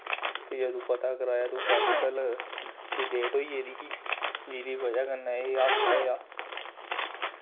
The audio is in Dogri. ते जदूं पता कराया ते ओह् केमिकल दी डेट होई गेदी ही जेह्दी बजह् कन्नै एह् हादसा होया